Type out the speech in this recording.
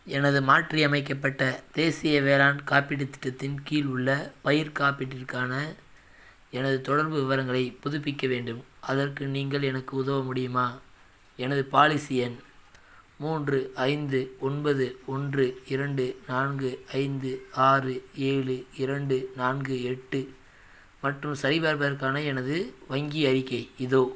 எனது மாற்றியமைக்கப்பட்ட தேசிய வேளாண் காப்பீட்டுத் திட்டத்தின் கீழ் உள்ளே பயிர் காப்பீட்டிற்கான எனது தொடர்பு விவரங்களைப் புதுப்பிக்க வேண்டும் அதற்கு நீங்கள் எனக்கு உதவ முடியுமா எனது பாலிசி எண் மூன்று ஐந்து ஒன்பது ஒன்று இரண்டு நான்கு ஐந்து ஆறு ஏழு இரண்டு நான்கு எட்டு மற்றும் சரிபார்ப்பிற்கான எனது வங்கி அறிக்கை இதோ